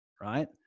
right